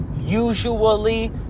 usually